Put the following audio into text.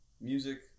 music